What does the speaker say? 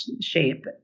shape